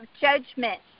judgment